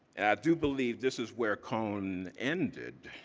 do believe this is where cone ended